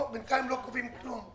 בינתיים לא קובעים כלום.